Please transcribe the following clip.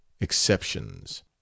exceptions